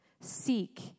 Seek